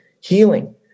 healing